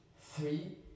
three